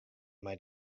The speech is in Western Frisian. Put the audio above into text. mei